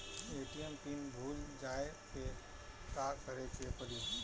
ATM pin भूल जाए पे का करे के पड़ी?